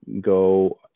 go